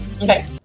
okay